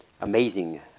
amazing